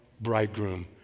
bridegroom